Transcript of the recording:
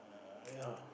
err ya